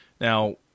Now